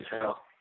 hell